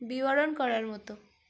বিবরণ করার মতো